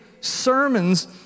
sermons